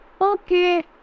okay